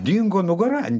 dingo nugara